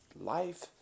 Life